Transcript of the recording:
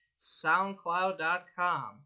Soundcloud.com